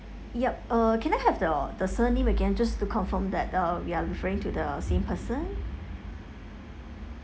yup uh can I have the the surname again just to confirm that err we are referring to the same person